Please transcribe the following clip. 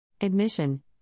Admission